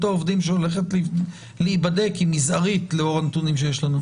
העובדים שהולכת להיבדק היא מזערית לאור הנתונים שיש לנו.